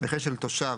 וכן של תושב,